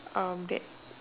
that